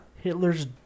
Hitler's